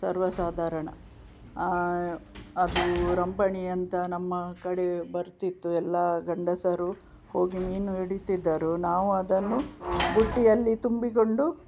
ಸರ್ವಸಾಧಾರಣ ಅದು ರಂಪಣಿ ಅಂತ ನಮ್ಮ ಕಡೆ ಬರ್ತಿತ್ತು ಎಲ್ಲಾ ಗಂಡಸರು ಹೋಗಿ ಮೀನು ಹಿಡೀತಿದ್ದರು ನಾವು ಅದನು ಬುಟ್ಟಿಯಲ್ಲಿ ತುಂಬಿಕೊಂಡು